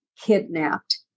kidnapped